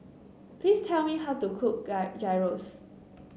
please tell me how to cook Gyros